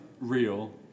real